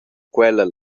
quella